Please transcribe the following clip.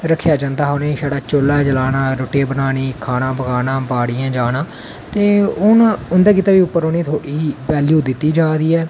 रक्खेआ जंदा गहा उनेंगी तुल्ला जलाना जां रुट्टी पकानी खाना बनाना खाना बनाना बाड़ियें जाना ते हून उंदे कोला दा बी उप्पर उनेंगी बैल्यू दित्ती जंदी ऐ